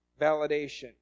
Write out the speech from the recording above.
validation